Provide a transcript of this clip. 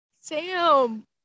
Sam